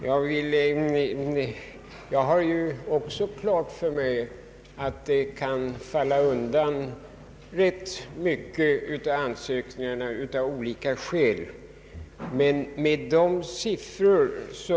Också jag har klart för mig att en rätt stor del av ansökningarna av olika skäl kan falla bort under behandlingen.